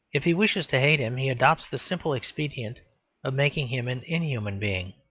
if he wishes to hate him he adopts the simple expedient of making him an inhuman being.